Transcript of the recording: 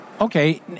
Okay